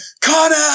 connor